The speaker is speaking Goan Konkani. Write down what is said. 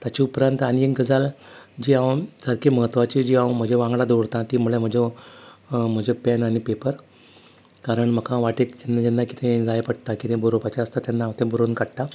ताचें उपरांत आनी एक गजाल जी हांव सारकी महत्वाची जी हांव म्हजे वांगडा दवरता ती म्हळ्यार म्हज्यो म्हजें पॅन आनी पेपर कारण म्हाका वाटेक जेन्ना किदेंय जाय पडटा किदें बरोवपाचें आसता तेन्ना हांव तें बरोवन काडटा